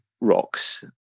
rocks